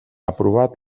aprovat